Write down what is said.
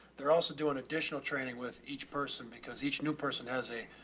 they're also doing additional training with each person because each new person has a,